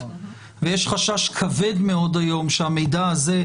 ויש חשש כבד מאוד היום שהמידע הזה,